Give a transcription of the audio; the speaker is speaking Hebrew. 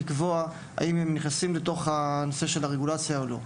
לקבוע האם הם נכנסים לתוך הרגולציה או לא.